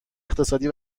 اقتصادی